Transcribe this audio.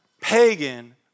pagan